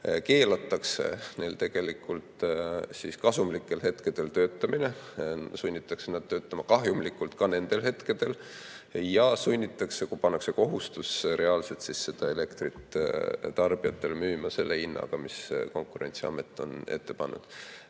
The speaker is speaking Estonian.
keelatakse neil tegelikult kasumlikel hetkedel töötamine, sunnitakse nad töötama kahjumlikult ka nendel hetkedel, ja sunnitakse, kui pannakse kohustus, reaalselt seda elektrit tarbijatele müüma selle hinnaga, mis Konkurentsiamet on ette pannud.